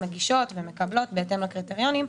מגישות ומקבלות בהתאם לקריטריונים.